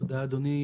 תודה אדוני.